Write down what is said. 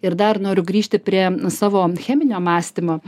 ir dar noriu grįžti prie savo cheminio mąstymo